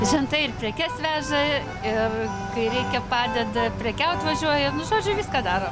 žentai ir prekes veža ir kai reikia padeda prekiaut važiuoja nu žodžiu viską daro